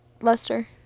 Lester